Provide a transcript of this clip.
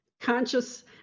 conscious